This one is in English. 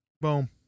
Boom